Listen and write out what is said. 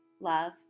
love